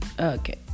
okay